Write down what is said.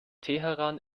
teheran